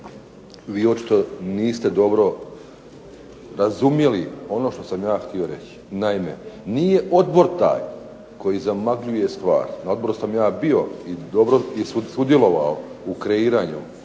vi očito niste dobro razumjeli ono što sam ja htio reći. Naime, nije odbor taj koji zamagljuje stvar. na odboru sam ja bio i sudjelovao u kreiranju